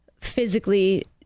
physically